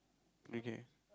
okay